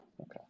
Okay